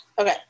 Okay